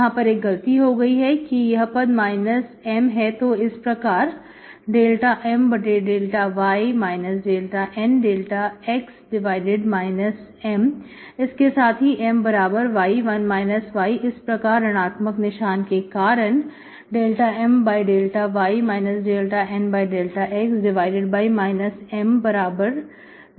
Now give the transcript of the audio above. यहां पर एक गलती हो गई है यह पद M है तो इस प्रकार ∂M∂y ∂N∂x M इसके साथ ही My1 y इस प्रकार ऋणआत्मक निशान के कारण ∂M∂y ∂N∂x M21 y होगा